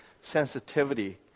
sensitivity